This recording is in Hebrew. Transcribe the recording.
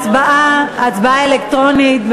הצבעה אלקטרונית.